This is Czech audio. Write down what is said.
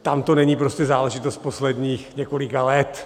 Tam to není prostě záležitost posledních několika let.